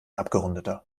abgerundeter